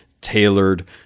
tailored